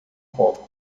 copo